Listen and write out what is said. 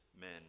men